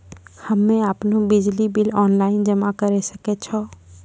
हम्मे आपनौ बिजली बिल ऑनलाइन जमा करै सकै छौ?